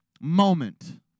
moment